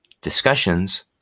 discussions